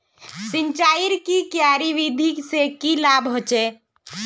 सिंचाईर की क्यारी विधि से की लाभ होचे?